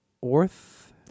Orth